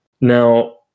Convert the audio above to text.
Now